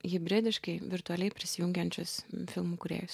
hibridiškai virtualiai prisijungiančius filmų kūrėjus